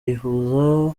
yifuzaga